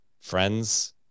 friends